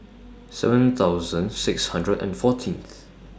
seven thousand six hundred and fourteenth